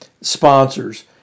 sponsors